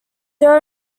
there